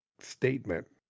statement